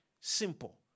Simple